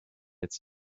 its